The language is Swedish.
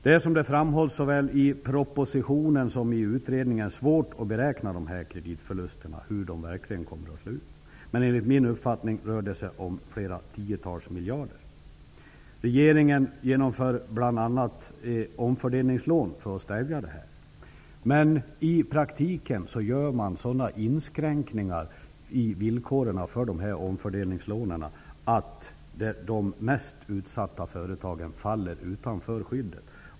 Det är som det framhålls såväl i propositionen som i utredningen svårt att beräkna hur stora kreditförlusterna verkligen kommer att bli. Enligt min uppfattning rör det sig om flera tiotals miljarder. Regeringen inför bl.a. omfördelningslån för att stävja utvecklingen. I praktiken gör man sådana inskränkningar i villkoren för omfördelningslånen att de mest utsatta företagen faller utanför skyddet.